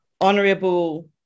Honorable